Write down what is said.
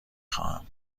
خواهم